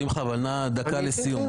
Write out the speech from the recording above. שמחה, נא, דקה לסיום.